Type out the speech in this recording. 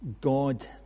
God